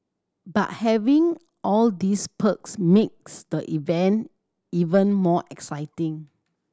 but having all these perks makes the event even more exciting